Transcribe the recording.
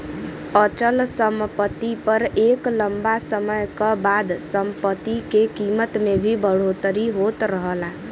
अचल सम्पति पर एक लम्बा समय क बाद सम्पति के कीमत में भी बढ़ोतरी होत रहला